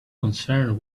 concerned